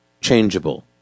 changeable